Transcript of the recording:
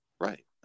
Right